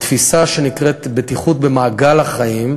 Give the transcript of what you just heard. בתפיסה שנקראת בטיחות במעגל החיים,